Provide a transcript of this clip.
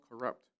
corrupt